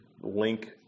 link